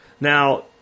Now